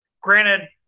Granted